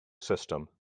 system